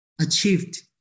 achieved